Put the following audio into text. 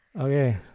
okay